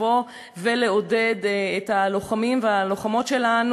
לבוא ולעודד את הלוחמים והלוחמות שלנו.